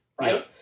right